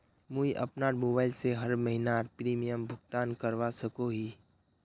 मुई अपना मोबाईल से हर महीनार प्रीमियम भुगतान करवा सकोहो ही?